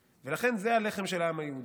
לכן, זה הלחם של העם היהודי.